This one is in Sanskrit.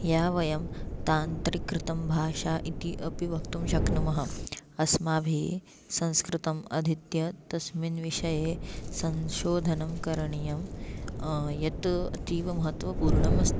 या वयं तान्त्रिकं कृतं भाषा इति अपि वक्तुं शक्नुमः अस्माभिः संस्कृतम् अधीत्य तस्मिन् विषये संशोधनं करणीयं यत् अतीवमहत्वपूर्णमस्ति